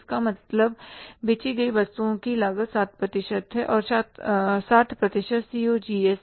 इसका मतलब बेची गई वस्तुओं की लागत 60 प्रतिशत है 60 प्रतिशत COGS है